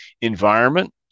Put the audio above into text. environment